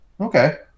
Okay